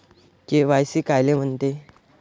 KYC कायले म्हनते?